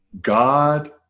God